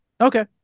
Okay